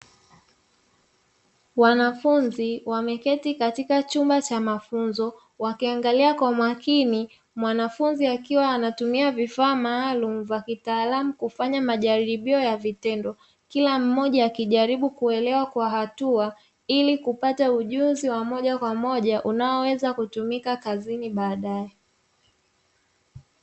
Wanafunzi wameketi katika chumba cha mafunzo wakiaangalia kwa makini mwanafunzi akiwa anatumia vifaa maalumu vya kitaalamu kufanya majaribio ya vitendo. Kila mmoja akiwa akijaribu kuelewa kwa hatua ili kupata ujuzi wa moja kwa moja unaoweza kutumika kazini baadae.